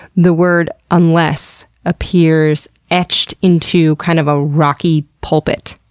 the word unless appears etched into kind of a rocky pulpit.